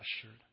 assured